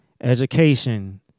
education